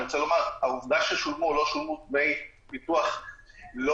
אני רוצה שהעובדה ששולמו או לא שולמו דמי ביטוח לא